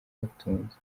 batunze